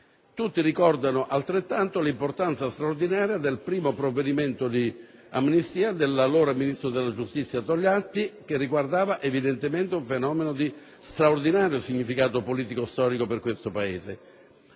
Tutti ricordano altrettanto l'importanza straordinaria del primo provvedimento di amnistia dell'allora ministro della giustizia, Togliatti, che riguardava evidentemente un fenomeno di straordinario significato politico-storico per questo Paese.